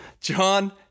John